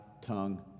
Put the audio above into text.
tongue